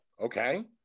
Okay